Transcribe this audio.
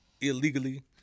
illegally